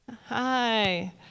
Hi